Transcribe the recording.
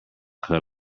cut